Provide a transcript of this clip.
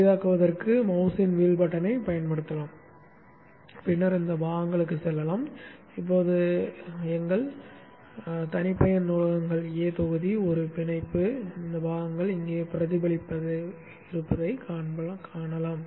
பெரிதாக்குவதற்கு மவுஸின் வீல் பட்டனைப் பயன்படுத்தலாம் பின்னர் கூறுகளுக்குச் செல்லலாம் இப்போது எங்கள் தனிப்பயன் நூலகங்கள் A தொகுதி ஒரு பிணைப்பு கூறுகள் இங்கே பிரதிபலிப்பதைக் காணலாம்